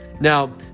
now